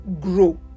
grow